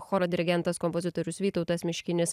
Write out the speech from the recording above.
choro dirigentas kompozitorius vytautas miškinis